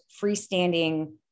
freestanding